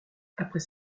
après